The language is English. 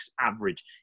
average